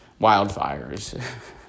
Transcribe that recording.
wildfires